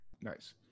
nice